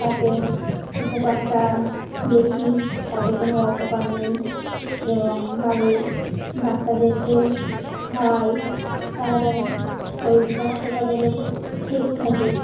তাতে উপকারটা বেশি তাতে কোনো অপকার নেই এবং বাড়ির বাচ্চাদেরকেও খাওয়াই তারা শরীর স্বাস্থ্য তাদেরও ঠিক থাকে